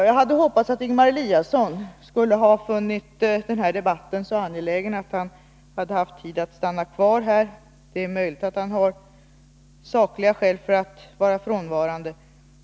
Jag hade hoppats att Ingemar Eliasson skulle ha funnit denna debatt så angelägen att han haft tid att stanna kvar här — men det är möjligt att han har sakliga skäl för att vara frånvarande.